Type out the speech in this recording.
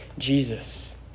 jesus